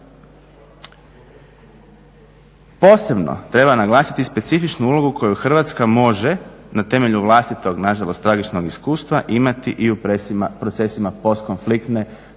Posebno treba naglasiti specifičnu ulogu koja Hrvatska može na temelju vlastitog, nažalost tragičnog iskustva, imati i u procesima postkonfliktne